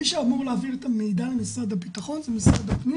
מי שאמור להעביר אתה מידע למשרד הבטחון זה משרד הפנים,